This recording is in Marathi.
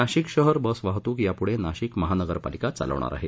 नाशिक शहर बस वाहतूक यापुढं नाशिक महानगरपालिका चालवणार आहे